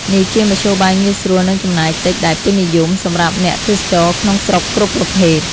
នេះជាមធ្យោបាយងាយស្រួលនិងចំណាយតិចដែលពេញនិយមសម្រាប់អ្នកទេសចរក្នុងស្រុកគ្រប់ប្រភេទ។